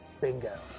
Bingo